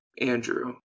Andrew